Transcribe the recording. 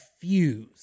fuse